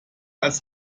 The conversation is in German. als